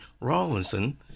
Rawlinson